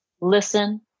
listen